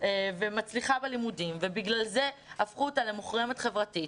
ומצליחה בלימודים ובגלל זה הפכו אותה למוחרמת חברתית.